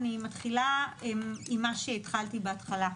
אני מתחילה עם מה שהתחלתי בהתחלה.